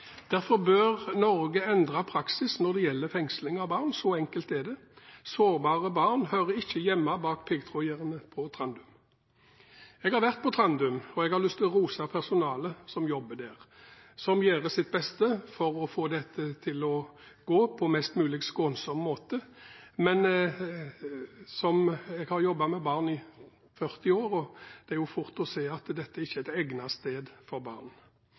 Derfor bør Norge endre praksis når det gjelder fengsling av barn – så enkelt er det. Sårbare barn hører ikke hjemme bak piggtrådgjerdene på Trandum. Jeg har vært på Trandum, og jeg har lyst til å rose personalet som jobber der, som gjør sitt beste for å få dette til å gå på en mest mulig skånsom måte, men – jeg har jobbet med barn i 40 år – det er jo fort å se at dette ikke er et egnet sted for